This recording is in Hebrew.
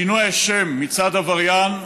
שינוי השם מצד עבריין,